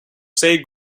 say